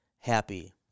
Happy